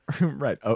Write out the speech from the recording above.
Right